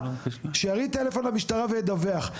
שירים טלפון למשטרה וידווח,